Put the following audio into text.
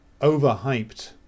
overhyped